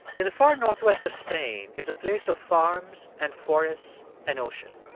in the far northwest of spain is a place of farms and forests and ocean